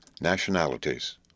nationalities